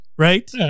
Right